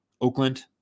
Oakland